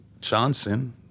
Johnson